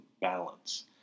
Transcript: balance